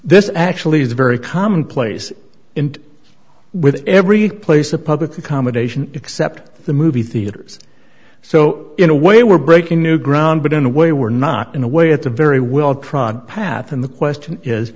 this actually is very commonplace in with every place a public accommodation except the movie theaters so in a way we're breaking new ground but in a way we're not in a way it's a very well trodden path and the question is